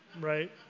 right